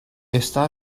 esta